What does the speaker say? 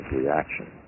reaction